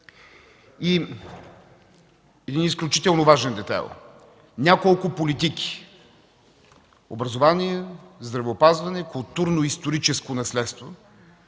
Един изключително важен детайл – няколко политики: „Образование”, „Здравеопазване”, „Културно-историческо наследство”